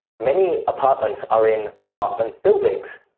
many apartments are in apartment buildings.